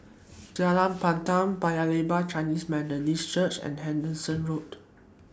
Jalan Pandan Paya Lebar Chinese Methodist Church and Hendon Road